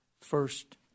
first